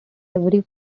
every